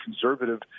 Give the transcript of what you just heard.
conservative